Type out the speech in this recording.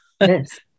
Yes